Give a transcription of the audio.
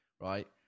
right